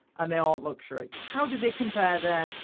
and they aren't luxury. how do they compare, then,